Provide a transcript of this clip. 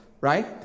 right